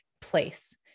place